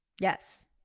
Yes